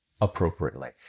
appropriately